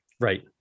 Right